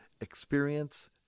experience